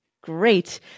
Great